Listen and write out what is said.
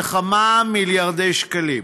בכמה מיליארדי שקלים.